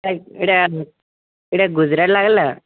ଏଟା ଏଟା ଗୁଜୁରାଟ ଲାଗିଲା